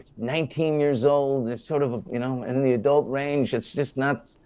nineteen years old. it's sort of you know and in the adult range, it's just not,